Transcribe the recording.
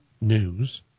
news